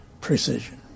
precision